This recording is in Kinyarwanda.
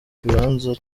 kibanza